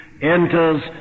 enters